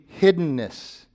hiddenness